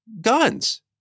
guns